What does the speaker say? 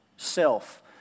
Self